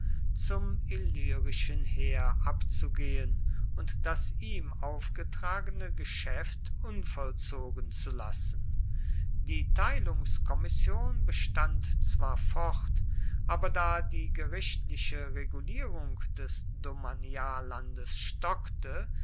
zum illyrischen heer abzugehen und das ihm aufgetragene geschäft unvollzogen zu lassen die teilungskommission bestand zwar fort aber da die gerichtliche regulierung des domaniallandes stockte